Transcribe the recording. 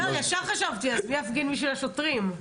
ישר חשבתי מי יפגין בשביל השוטרים.